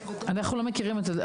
אנחנו לא מכירים את זה.